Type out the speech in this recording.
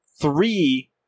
three